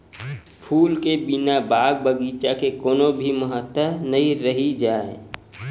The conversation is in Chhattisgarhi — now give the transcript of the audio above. फूल के बिना बाग बगीचा के कोनो भी महत्ता नइ रहि जाए